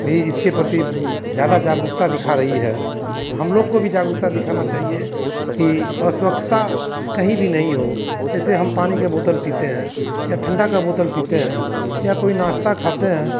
भी इसके प्रति ज़्यादा जागरूकता दिखा रही है और हम लोग को भी जागरूकता दिखाना चहिए कि अस्वच्छता कहीं भी नहीं हो जैसे हम पानी के बोतल पीते हैं या ठंडा का बोतल पीते हैं या कोई नाश्ता खाते हैं